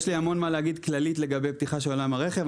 יש לי הרבה מה לומר באופן כללי לגבי פתיחה של עולם הרכב,